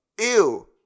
ew